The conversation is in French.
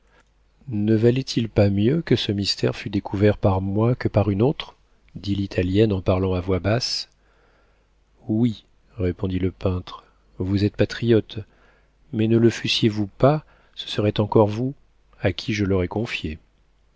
ne valait-il pas mieux que ce mystère fût découvert par moi que par une autre dit l'italienne en parlant à voix basse oui répondit le peintre vous êtes patriote mais ne le fussiez-vous pas ce serait encore vous à qui je l'aurais confié